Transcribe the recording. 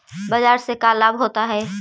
बाजार से का लाभ होता है?